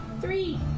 Three